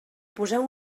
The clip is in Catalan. poseu